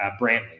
Brantley